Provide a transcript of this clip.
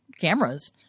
cameras